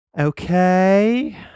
Okay